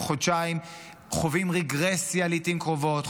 חודשיים חווים רגרסיה לעיתים קרובות,